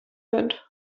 band